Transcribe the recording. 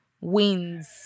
wins